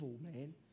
man